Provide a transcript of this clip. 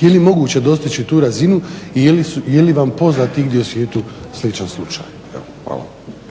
je li moguće dostići tu razinu i je li vam poznato igdje u svijetu sličan slučaj? Evo